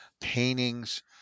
paintings